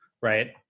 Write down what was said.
right